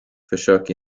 försök